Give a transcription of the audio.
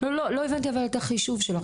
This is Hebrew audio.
--- לא הבנתי את החישוב שלך.